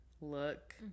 look